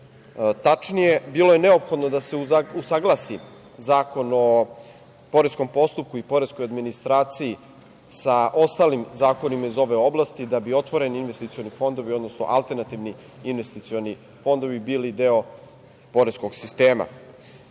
Tačnije, bilo je neophodno da se usaglasi Zakon o poreskom postupku i poreskoj administraciji sa ostalim zakonima iz ove oblasti da bi otvoreni investicioni fondovi, odnosno alternativni investicioni fondovi bili deo poreskog